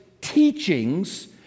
teachings